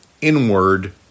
inward